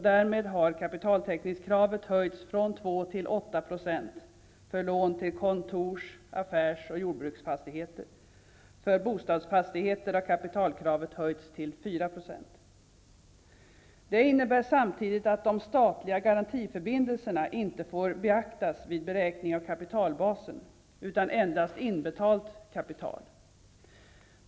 Därmed har kapitaltäckningskravet höjts från 2 till 8 % för lån till kontors-, affärs och jordbruksfastigheter. För bostadsfastigheter har kapitalkravet höjts till 4 %. Det innebär samtidigt att de statliga garantiförbindelserna inte får beaktas vid beräkning av kapitalbasen, utan endast inbetalt kapital.